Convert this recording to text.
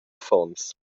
affons